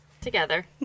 Together